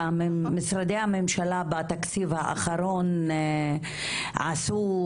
משרדי הממשלה בתקציב האחרון עשו